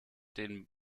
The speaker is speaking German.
den